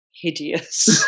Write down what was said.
hideous